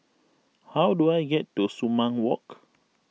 how do I get to Sumang Walk